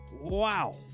Wow